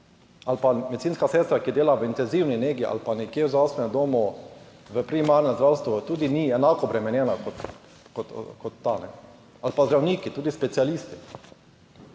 ali pa medicinska sestra, ki dela v intenzivni negi ali pa nekje v zdravstvenem domu, v primarnem zdravstvu tudi ni enako obremenjena kot ta. Ali pa zdravniki, tudi specialisti.